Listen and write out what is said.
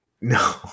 No